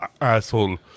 asshole